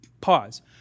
pause